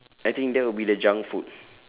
I think that would be the junk food